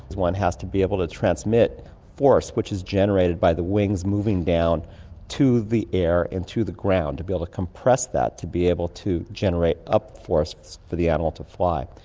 one has to be able to transmit force which is generated by the wings moving down to the air and to the ground, to be able to compress that to be able to generate up-force for the animal to fly.